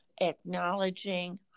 acknowledging